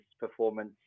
performance